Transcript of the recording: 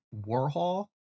Warhol